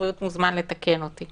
אנחנו מנסים את הכלי הזה.